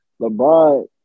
LeBron